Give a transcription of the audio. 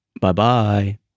bye-bye